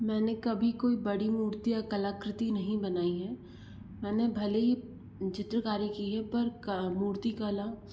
मैंने कभी कोई बड़ी मूर्ति या कलाकृति नहीं बनाई है मैंने भले ही डिज़िटल कार्य की है पर मूर्ति कला